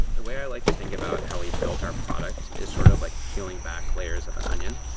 the way i like to think about how we've built our product is sort of like peeling back layers of an onion.